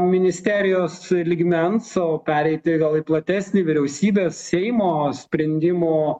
ministerijos lygmens o pereiti gal į platesnį vyriausybės seimo sprendimų